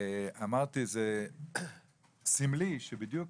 אמרתי זה סמלי שבדיוק